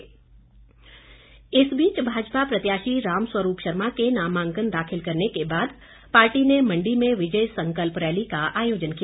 संकल्प रैली इस बीच भाजपा प्रत्याशी राम स्वरूप शर्मा के नामांकन दाखिल करने के बाद पार्टी में मण्डी ने विजय संकल्प रैली का आयोजन किया